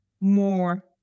more